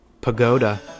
Pagoda